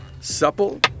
Supple